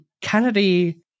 Kennedy